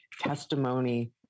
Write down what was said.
testimony